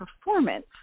performance